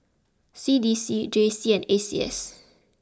C D C J C and A C S